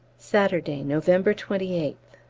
saturday, november twenty eighth.